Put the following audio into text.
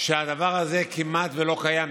שהדבר הזה כמעט שלא קיים.